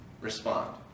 Respond